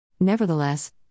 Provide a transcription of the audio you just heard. Nevertheless